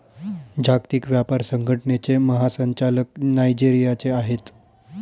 जागतिक व्यापार संघटनेचे महासंचालक नायजेरियाचे आहेत